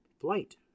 flight